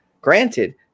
granted